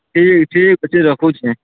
ଠିକ୍ ଠିକ୍ ଅଛେ ରଖୁଚେଁ